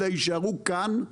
אלא יישארו כאן,